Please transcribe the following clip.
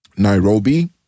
Nairobi